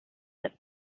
that